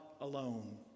alone